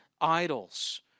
idols